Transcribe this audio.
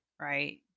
right